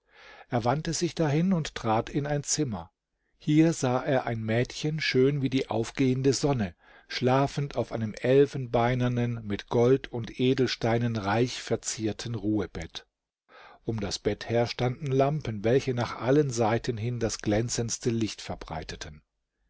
er wandte sich dahin und trat in ein zimmer hier sah er ein mädchen schön wie die aufgehende sonne schlafend auf einem elfenbeinernen mit gold und edelsteinen reich verzierten ruhebett um das bett her standen lampen welche nach allen seiten hin das glänzendste licht verbreiteten